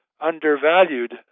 undervalued